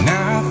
Now